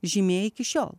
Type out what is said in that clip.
žymė iki šiol